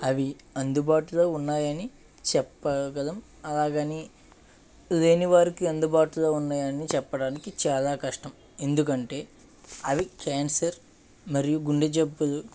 అవి అందుబాటులో ఉన్నాయని చెప్పగలం అలాగని లేనివారికి అందుబాటులో ఉన్నాయని చెప్పడానికి చాలా కష్టం ఎందుకంటే అవి క్యాన్సర్ మరియు గుండె జబ్బులు